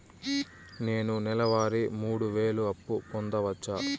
నేను నెల వారి మూడు వేలు అప్పు పొందవచ్చా?